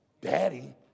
daddy